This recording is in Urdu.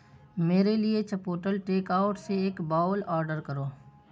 میرے لیے چپوٹل ٹیک آؤٹ سے ایک باؤل آڈر کرو